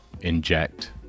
inject